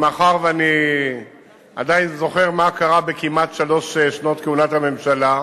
מאחר שאני עדיין זוכר מה קרה בכמעט שלוש שנות כהונת הממשלה,